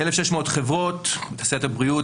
1,600 חברות בתעשיית הבריאות,